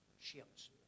ships